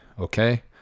okay